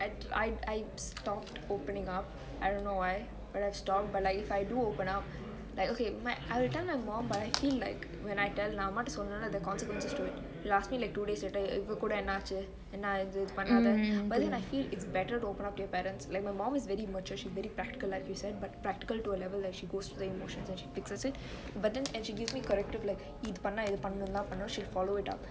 I I stopped opening up I don't know why but I've stopped but if I do open up like okay I'll tell my mum but actually like when I tell நா அம்மாகிட்ட சொன்னனா:naa amme kitte sonnenaa the consequences to it she'll ask me like two days later இப்ப கூட என்ன ஆச்சு என்ன இது பன்னாத:ippe koode enne aachu enne ithu pannaathe but I feel it is better to open up to your parents like my mum is very mature she's very practical like you said but practical to a level where she goes to the emotions and fixes and she gives me corrective இது பன்னா இது பன்னனுதா:ithu panna ithu pannenuthaa and she follows it up